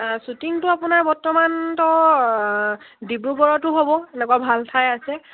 শ্বুটিংটো আপোনাৰ বৰ্তমানতো ডিব্ৰুগড়তো হ'ব এনেকুৱা ভাল ঠাই আছে